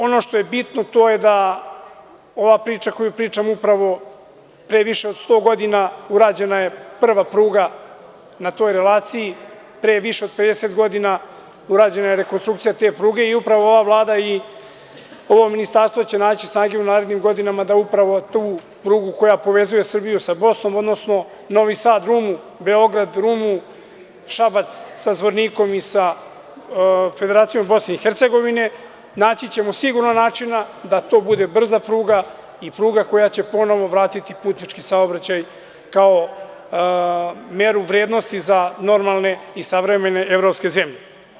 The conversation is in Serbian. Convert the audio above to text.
Ono što je bitno to je da ova priča koju pričam pre više od 100 godina urađena je prva pruga na toj relaciji, pre više od 50 godina urađena je rekonstrukcija pruge i upravo ova Vlada i ovo ministarstvo će naći snage u narednim godinama da upravo tu prugu koja povezuje Srbiju sa Bosnom, odnosno Novi Sad i Rumu, Beograd i Rumu, Šabac sa Zvornikom i sa Federacijom BiH, naći ćemo sigurno načina da to bude brza pruga i pruga koja će ponovo vratiti putnički saobraćaj kao meru vrednosti za normalne i savremene evropske zemlje.